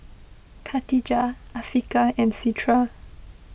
Katijah Afiqah and Citra